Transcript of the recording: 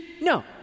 No